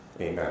Amen